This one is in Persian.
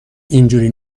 اینجوری